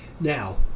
Now